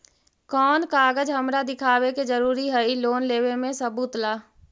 कौन कागज हमरा दिखावे के जरूरी हई लोन लेवे में सबूत ला?